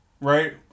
right